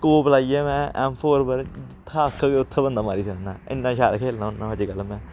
scope लाइयै में M four पर जित्थै आक्खग उत्थै बंदा मारी सकनां इन्ना शैल खेलना होन्ना अज्जकल में